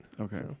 okay